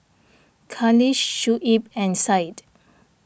Khalish Shuib and Syed